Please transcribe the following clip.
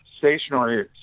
Stationary